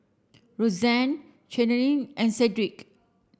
Rozanne Cheyenne and Cedrick